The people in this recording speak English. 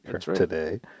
Today